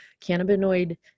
cannabinoid